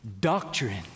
Doctrine